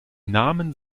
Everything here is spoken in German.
namen